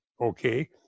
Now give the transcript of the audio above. okay